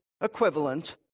equivalent